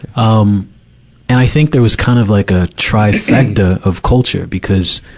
um and i think there was kind of like a trifecta of culture, because,